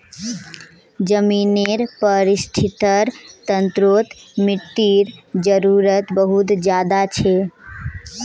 ज़मीनेर परिस्थ्तिर तंत्रोत मिटटीर जरूरत बहुत ज़्यादा छे